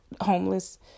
homeless